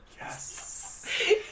Yes